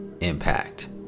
impact